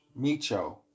Micho